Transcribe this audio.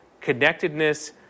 connectedness